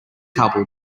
couple